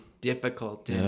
difficult